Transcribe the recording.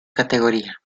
categoría